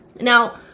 Now